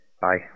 Bye